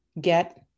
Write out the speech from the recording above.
Get